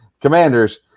Commanders